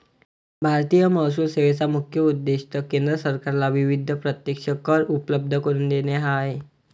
भारतीय महसूल सेवेचा मुख्य उद्देश केंद्र सरकारला विविध प्रत्यक्ष कर उपलब्ध करून देणे हा आहे